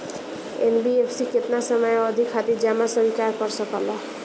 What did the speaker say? NBFC केतना समयावधि खातिर जमा स्वीकार कर सकला?